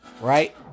right